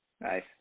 Nice